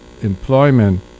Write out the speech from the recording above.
employment